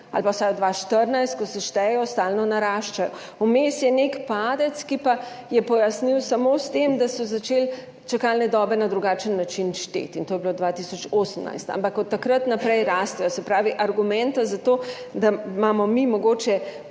ali pa vsaj od leta 2014, ko se štejejo, stalno naraščajo. Vmes je nek padec, ki pa je pojasnjen samo s tem, da so začeli čakalne dobe šteti na drugačen način, in to je bilo 2018, ampak od takrat naprej rastejo. Se pravi, argumenta za to, da imamo mi mogoče